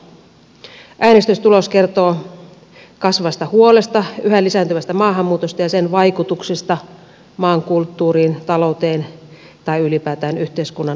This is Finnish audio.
äänestystulos kertoo kasvavasta huolesta yhä lisääntyvästä maahanmuutosta ja sen vaikutuksista maan kulttuuriin talouteen tai ylipäätään yhteiskunnan arvoihin